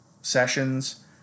sessions